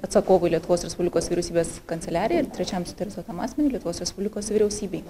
atsakovui lietuvos respublikos vyriausybės kanceliarijai ir trečiam skirta tam asmeniui lietuvos respublikos vyriausybei